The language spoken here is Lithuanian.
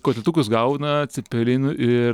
kotletukus gauna cepelinų ir